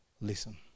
listen